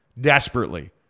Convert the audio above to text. desperately